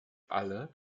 alle